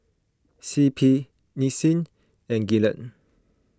C P Nissin and Gillette